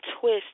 twist